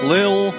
Lil